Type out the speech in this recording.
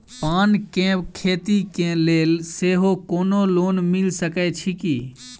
पान केँ खेती केँ लेल सेहो कोनो लोन मिल सकै छी की?